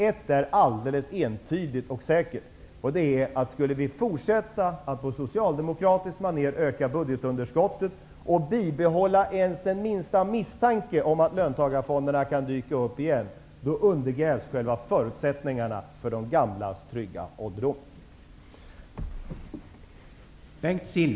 Ett är alldeles entydigt och säkert: Skulle vi fortsätta att på socialdemokratiskt maner öka budgetunderskottet och bibehålla ens den minsta misstanke om att löntagarfonderna kan dyka upp igen undergrävs förutsättningarna för en trygg ålderdom.